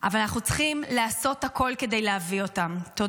רק צריך לסיים, גברתי.